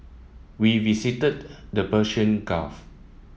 we visited the Persian Gulf